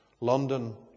London